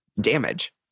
damage